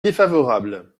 défavorable